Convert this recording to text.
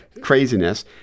craziness